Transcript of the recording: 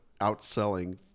outselling